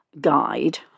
guide